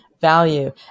value